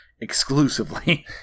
exclusively